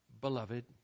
beloved